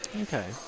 Okay